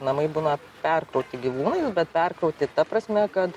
namai būna perkrauti gyvūnais bet perkrauti ta prasme kad